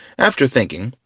after thinking,